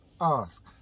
ask